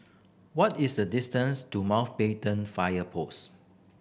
what is the distance to Mountbatten Fire Post